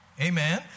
Amen